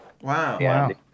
Wow